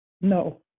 No